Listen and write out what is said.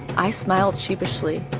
i smiled sheepishly,